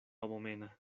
abomena